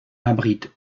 abritent